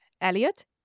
Elliot